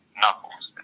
knuckles